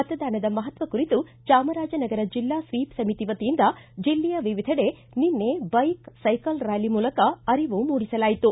ಮತದಾನದ ಮಪತ್ವ ಕುರಿತು ಚಾಮರಾಜನಗರ ಜಿಲ್ಲಾ ಸ್ವೀಪ್ ಸಮಿತಿ ವತಿಯಿಂದ ಜಿಲ್ಲೆಯ ವಿವಿಧೆಡೆ ನಿನ್ನೆ ಬೈಕ್ ಸೈಕಲ್ ರ್ಕಾಲಿ ಮೂಲಕ ಅರಿವು ಮೂಡಿಸಲಾಯಿತು